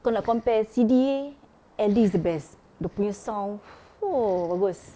kalau nak compare C_D L_D is the best dia punya sound !fuh! bagus